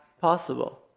possible